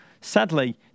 Sadly